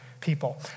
people